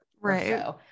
right